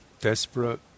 desperate